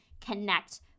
connect